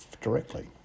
directly